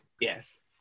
Yes